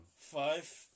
Five